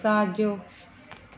साॼो